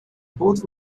both